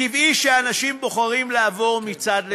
טבעי שאנשים בוחרים לעבור מצד לצד,